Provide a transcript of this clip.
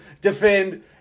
defend